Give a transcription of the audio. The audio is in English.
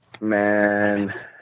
Man